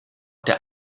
der